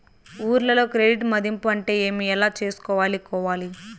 ఊర్లలో క్రెడిట్ మధింపు అంటే ఏమి? ఎలా చేసుకోవాలి కోవాలి?